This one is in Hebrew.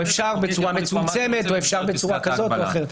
או אפשר בצורה מצומצמת או בצורה כזאת ואחרת.